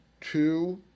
two